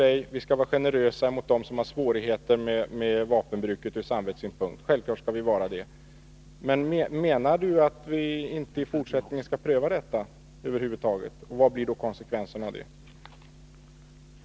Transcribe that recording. Vi skall självfallet vara generösa mot dem som har svårigheter med vapenbruk ur samvetssynpunkt. Menar ni att vi i fortsättningen över huvud taget inte skall göra denna prövning? Vilka blir då konsekvenserna av detta?